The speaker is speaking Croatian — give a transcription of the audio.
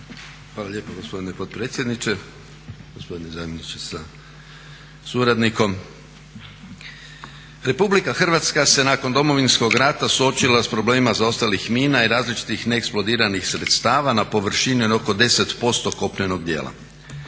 Hvala lijepo gospodine potpredsjedniče, gospodine zamjeniče sa suradnikom. RH se nakon Domovinskog rata suočila sa problemima zaostalih mina i različitih neeksplodiranih sredstava na površini od oko 10% kopnenog dijela.